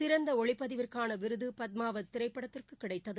சிறந்த ஒளிப்பதிவிற்கான விருது பத்மாவத் திரைப்படத்திற்கு கிடைத்தது